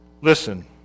Listen